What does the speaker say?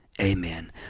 amen